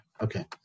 okay